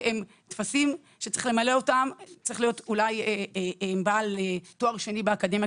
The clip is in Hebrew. שהם טפסים שכדי למלא אותם צריך להיות בעל תואר שני באקדמיה